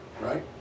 right